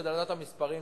כדי לדעת את המספרים,